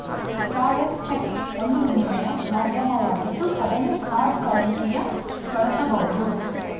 travels cheque ಒಂದು ವಿನಿಮಯ ಮಾಧ್ಯಮವಾಗಿದ್ದು ಅದನ್ನು ಹಾರ್ಡ್ ಕರೆನ್ಸಿಯ ಬಳಸಬಹುದು